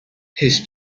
his